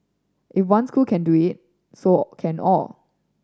if one school can do it so can all